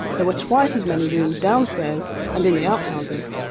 there were twice as many rooms downstairs and in the outhouses,